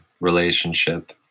relationship